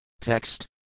Text